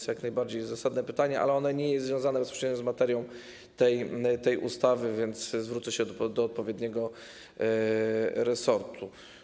To jak najbardziej zasadne pytanie, ale ono nie jest związane bezpośrednio z materią tej ustawy, więc zwrócę się do odpowiedniego resortu.